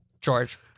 George